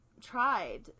tried